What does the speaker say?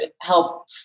help